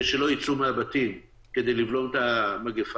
שלא ייצאו מהבית כדי לבלום את המגיפה.